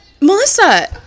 melissa